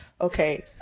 okay